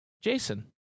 jason